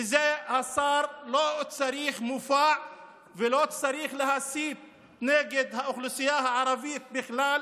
לזה השר לא צריך מופע ולא צריך להסית נגד האוכלוסייה הערבית בכלל,